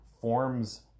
forms